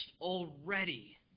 already